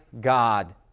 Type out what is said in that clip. God